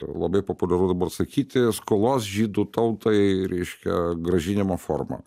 labai populiaru dabar sakyti skolos žydų tautai reiškia grąžinimo forma